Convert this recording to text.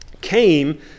came